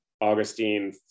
Augustine